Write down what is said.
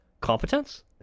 competence